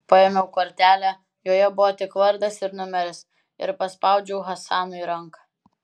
paėmiau kortelę joje buvo tik vardas ir numeris ir paspaudžiau hasanui ranką